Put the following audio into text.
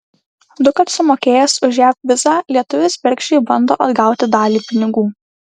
dukart sumokėjęs už jav vizą lietuvis bergždžiai bando atgauti dalį pinigų